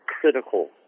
critical